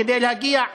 כדי להגיע לפתרון,